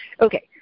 Okay